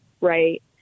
Right